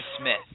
Smith